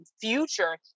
future